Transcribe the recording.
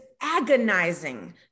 agonizing